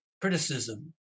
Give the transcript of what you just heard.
criticism